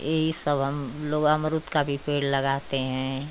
यही सब हम लोग अमरूद का भी पेड़ लगाते हैं